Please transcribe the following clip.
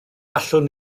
allwn